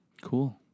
Cool